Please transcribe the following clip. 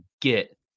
get